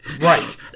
Right